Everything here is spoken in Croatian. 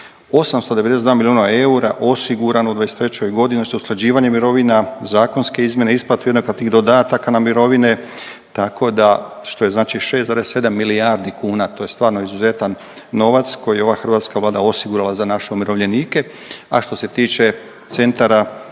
892 milijuna eura osigurano u 2023. godini, znači usklađivanje mirovina, zakonske izmjene, isplatu jednako tih dodataka na mirovine tako da što je znači 6,7 milijardi kuna to je stvarno izuzetan novac koji je ova hrvatska Vlada osigurala za naše umirovljenike, a što se tiče centara